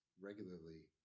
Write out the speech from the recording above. regularly